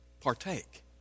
partake